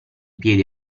piedi